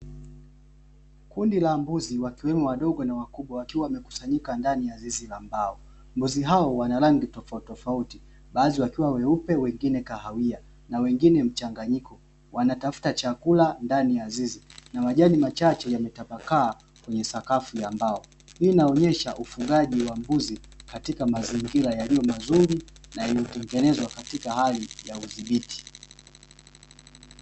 Kundi la mbuzi wakiwemo wadogo na wakubwa wakiwa wamekusanyika ndani ya zizi la mbao, mbuzi hao wana rangi tofauti tofauti baadhi wakiwa weupe na wengine kahawia na wengine mchanganyiko wanatafuta chakula ndani ya zizi na majani machache yametapakaa kwenye sakafu ya mbao. Hii inaonyesha ufugaji wa mbuzi katika mazingira yaliyo mazuri na yaliyotengenzwa katika hali ya udhibiti.